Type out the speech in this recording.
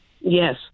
Yes